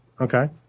Okay